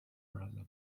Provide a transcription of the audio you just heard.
browser